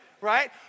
right